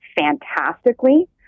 fantastically